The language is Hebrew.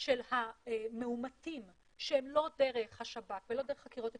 של המאומתים שלא דרך השב"כ ולא דרך החקירות אפידמיולוגיות,